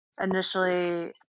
initially